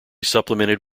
supplemented